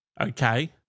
okay